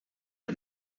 are